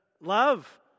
love